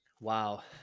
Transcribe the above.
Wow